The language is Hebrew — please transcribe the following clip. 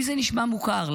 לי זה נשמע מוכר.